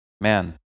Man